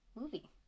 movie